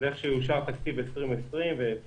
ואיך שיאושר תקציב 2020 ו-2021,